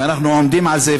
ואנחנו עומדים על זה,